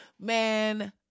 man